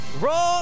roll